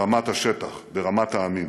ברמת השטח, ברמת העמים.